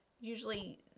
usually